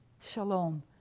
shalom